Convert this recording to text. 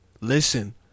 listen